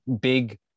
big